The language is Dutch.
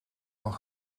van